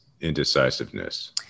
indecisiveness